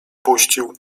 puścił